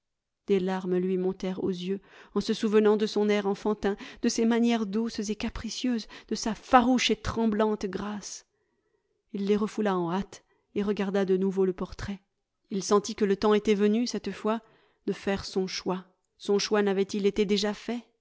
des larmes lui montèrent aux yeux en se souvenant de son air enfantin de ses manières douces et capricieuses de sa farouche et tremblante grâce il les refoula en hâte et regarda de nouveau le portrait il sentit que le temps était venu cette fois de faire son choix son choix n'avait-il été déjà fait